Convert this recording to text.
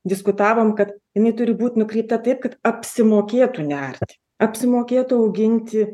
diskutavom kad jinai turi būt nukreipta taip kad apsimokėtų nerti apsimokėtų auginti